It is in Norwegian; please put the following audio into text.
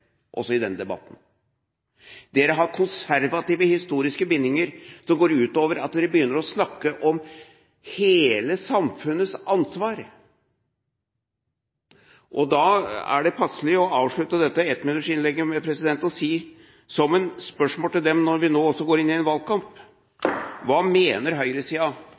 også i denne debatten. Dere har konservative historiske bindinger som går ut over at dere begynner å snakke om hele samfunnets ansvar. Da er det passelig å avslutte dette ettminuttsinnlegget med å stille et spørsmål, nå som vi går inn i en valgkamp: Hva mener